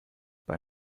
bei